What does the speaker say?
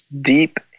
deep